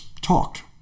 talked